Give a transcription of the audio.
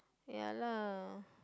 ya lah